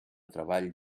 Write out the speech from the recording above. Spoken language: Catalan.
treball